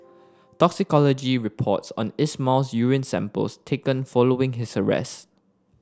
toxicology reports on Ismail's urine samples taken following his arrest